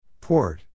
Port